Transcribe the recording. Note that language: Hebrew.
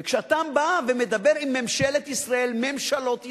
וכשאתה בא ומדבר עם ממשלת ישראל, ממשלות ישראל,